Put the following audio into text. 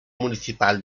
municipal